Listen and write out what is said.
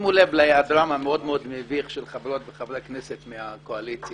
שימו לב להיעדרם המאוד מאוד מביך של חברות וחברי הכנסת מהקואליציה.